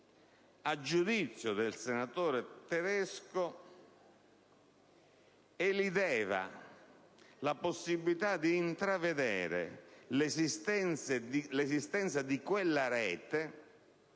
a giudizio del senatore Tedesco, elideva la possibilità di intravedere l'esistenza di quella rete